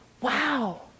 Wow